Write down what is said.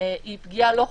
היא פגיעה לא חוקתית,